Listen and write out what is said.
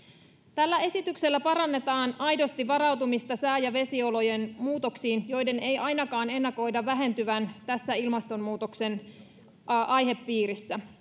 tällä esityksellä parannetaan aidosti varautumista sää ja vesiolojen muutoksiin joiden ei ennakoida ainakaan vähentyvän tässä ilmastonmuutoksen aihepiirissä